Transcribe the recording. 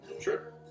Sure